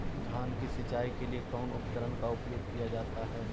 धान की सिंचाई के लिए कौन उपकरण का उपयोग किया जाता है?